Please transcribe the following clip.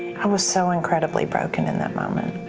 i was so incredibly broken in that moment.